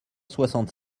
soixante